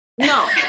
No